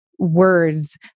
Words